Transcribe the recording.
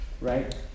right